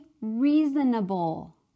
reasonable